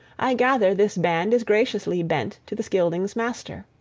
i gather, this band is graciously bent to the scyldings' master.